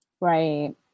Right